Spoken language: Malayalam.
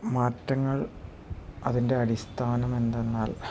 മാറ്റങ്ങൾ അതിൻ്റെ അടിസ്ഥാനം എന്തെന്നാൽ